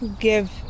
give